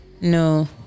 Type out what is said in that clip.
no